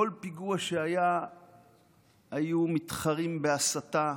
בכל פיגוע שהיה היו מתחרים בהסתה.